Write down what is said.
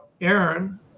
Aaron